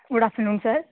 good afternoon sir